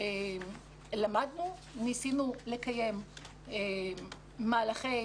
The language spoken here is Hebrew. ניסינו לקיים מהלכי